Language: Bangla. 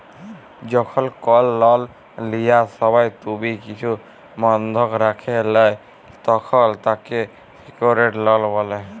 যখল কল লন লিয়ার সময় তুমি কিছু বনধক রাখে ল্যয় তখল তাকে স্যিক্যুরড লন বলে